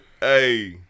Hey